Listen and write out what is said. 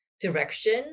direction